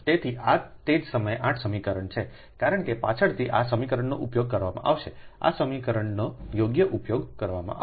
તેથી આ તે જ સમયે 8 સમીકરણનું છે કારણ કે પાછળથી આ સમીકરણનો ઉપયોગ કરવામાં આવશે આ સમીકરણનો યોગ્ય ઉપયોગ કરવામાં આવશે